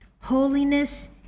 holiness